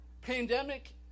Pandemic